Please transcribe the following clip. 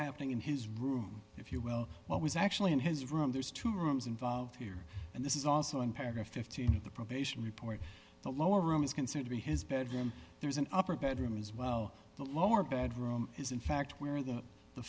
happening in his room if you will what was actually in his room there's two rooms involved here and this is also in paragraph fifteen of the probation report the lower room is considered to be his bedroom there's an upper bedroom as well the lower bedroom is in fact where the the